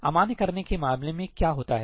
अमान्य करने के मामले में क्या होता है